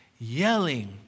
yelling